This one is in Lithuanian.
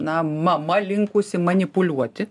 na mama linkusi manipuliuoti